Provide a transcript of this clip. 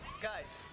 Guys